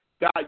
God